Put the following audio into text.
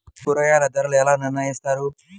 కూరగాయల ధరలు ఎలా నిర్ణయిస్తారు?